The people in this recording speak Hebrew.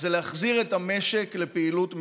זה להחזיר את המשק לפעילות מלאה.